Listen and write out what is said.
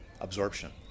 absorption